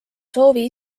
soovi